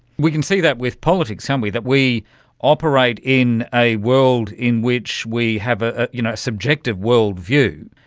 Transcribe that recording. we can see that with politics, can't um we, that we operate in a world in which we have a ah you know subjective world view,